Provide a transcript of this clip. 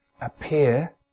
appear